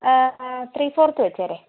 three fourth വെച്ചേരെ